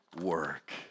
work